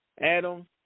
Adam